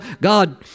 God